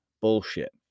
bullshit